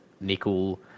nickel